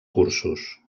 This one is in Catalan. cursos